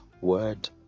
word